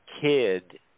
Kid